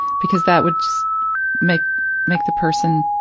because that would just make make the person